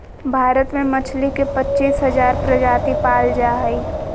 भारत में मछली के पच्चीस हजार प्रजाति पाल जा हइ